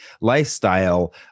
lifestyle